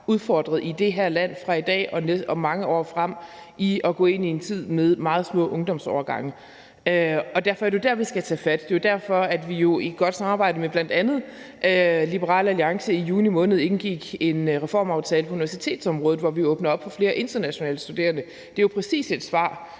udfordret i det her land, i forhold til at vi går ind i en tid med meget små ungdomsårgange. Derfor er det jo der, vi skal tage fat. Det er jo derfor, at vi i godt samarbejde med bl.a. Liberal Alliance i juni måned indgik en reformaftale på universitetsområdet, hvor vi åbnede op for flere internationale studerende. Det er jo lige præcis et svar